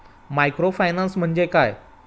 Microfinance म्हणजे काय?